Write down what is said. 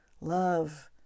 love